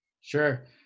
Sure